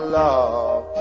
love